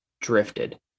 drifted